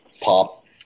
pop